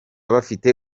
bafite